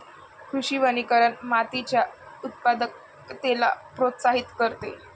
कृषी वनीकरण मातीच्या उत्पादकतेला प्रोत्साहित करते